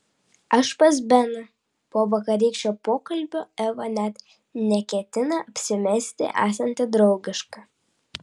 aš pas beną po vakarykščio pokalbio eva net neketina apsimesti esanti draugiška